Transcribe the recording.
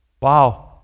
Wow